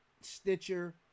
Stitcher